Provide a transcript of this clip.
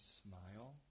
smile